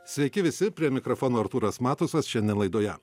sveiki visi prie mikrofono artūras matusas šiandien laidoje